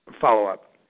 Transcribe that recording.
follow-up